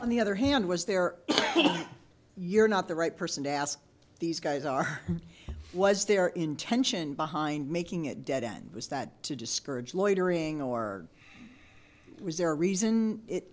on the other hand was there you're not the right person to ask these guys are was their intention behind making it dead end was that to discourage loitering or was there reason it